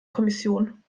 kommission